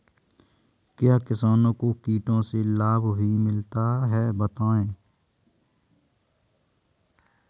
क्या किसानों को कीटों से लाभ भी मिलता है बताएँ?